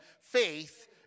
Faith